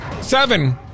seven